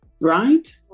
right